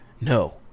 No